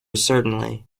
certainly